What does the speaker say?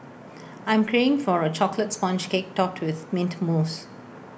I am craving for A Chocolate Sponge Cake Topped with Mint Mousse